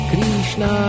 Krishna